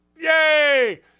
Yay